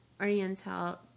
Oriental